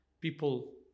people